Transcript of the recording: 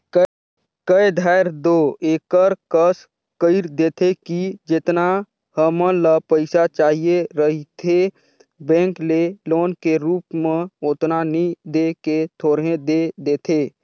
कए धाएर दो एकर कस कइर देथे कि जेतना हमन ल पइसा चाहिए रहथे बेंक ले लोन के रुप म ओतना नी दे के थोरहें दे देथे